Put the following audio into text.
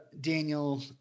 Daniel